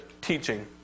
teaching